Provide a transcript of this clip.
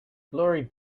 glory